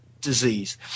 disease